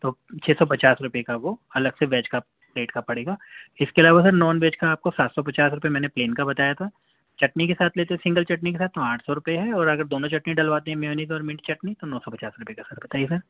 تو چھے سو پچاس روپئے کا وہ الگ سے ویج کا پلیٹ کا پڑے گا اِس کے علاوہ سر نان ویج کا آپ کو سات سو پچاس روپئے میں نے پلین کا بتایا تھا چٹنی کے ساتھ لیتے ہے سنگل چٹنی کے ساتھ تو آٹھ سو روپئے ہے اور اگر دونوں چٹنی ڈلواتے ہے میونیزاور منٹ چٹنی تو نو سو پچاس روپئے کا سر بتائیے سر